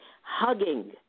hugging